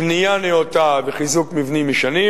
הוא בנייה נאותה וחיזוק מבנים ישנים.